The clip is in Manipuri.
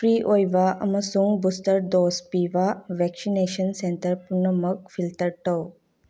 ꯐ꯭ꯔꯤ ꯑꯣꯏꯕ ꯑꯃꯁꯨꯡ ꯕꯨꯁꯇꯔ ꯗꯣꯖ ꯄꯤꯕ ꯚꯦꯛꯁꯤꯅꯦꯁꯟ ꯁꯦꯟꯇꯔ ꯄꯨꯝꯅꯃꯛ ꯐꯤꯜꯇꯔ ꯇꯧ